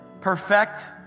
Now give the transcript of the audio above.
perfect